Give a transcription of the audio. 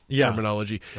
terminology